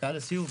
דקה לסיום.